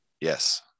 yes